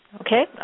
Okay